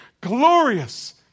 glorious